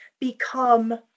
become